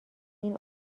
این